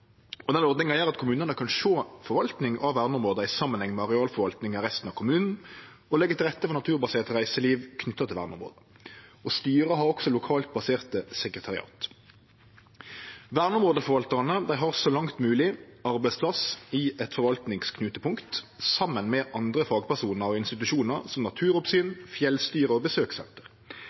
Denne ordninga gjer at kommunane kan sjå forvalting av verneområda i samanheng med arealforvaltinga i resten av kommunen og leggje til rette for naturbasert reiseliv knytt til verneområda. Styra har også lokalt baserte sekretariat. Verneområdeforvaltarane har så langt det er mogleg, arbeidsplass i eit forvaltingsknutepunkt saman med andre fagpersonar og institusjonar, som naturoppsyn, fjellstyre og besøkssenter.